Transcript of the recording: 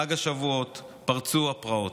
חג השבועות, פרצו הפרעות.